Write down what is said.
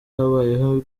habayeho